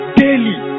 daily